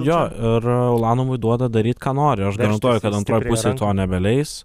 jo ir ulanovui duoda daryt ką nori ir aš garantuoju kad antroj pusėj to nebeleis